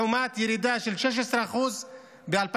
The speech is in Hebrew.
לעומת ירידה של 16% ב-2022.